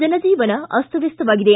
ಜನಜೀವನ ಅಸ್ತವ್ಯಸ್ತವಾಗಿದೆ